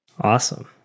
Awesome